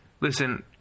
Listen